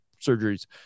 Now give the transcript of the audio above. surgeries